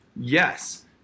yes